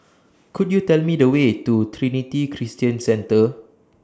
Could YOU Tell Me The Way to Trinity Christian Centre